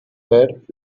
bed